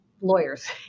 lawyers